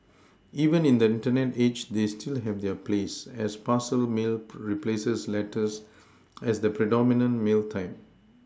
even in the Internet age they still have their place as parcel mail replaces letters as the predominant mail type